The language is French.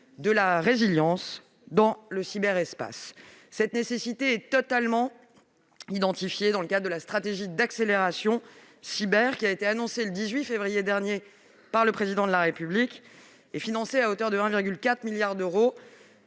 de la résilience dans le cyberespace. Cette nécessité est totalement identifiée dans le cadre de la stratégie d'accélération Cyber qui a été annoncée le 18 février dernier par le Président de la République et est financée à hauteur de 1,4 milliard d'euros.